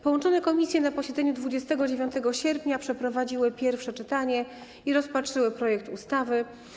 Połączone komisje na posiedzeniu 29 sierpnia przeprowadziły pierwsze czytanie i rozpatrzyły projekt ustawy.